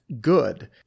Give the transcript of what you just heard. good